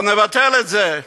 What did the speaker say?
אז נבטל את זה.